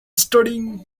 studying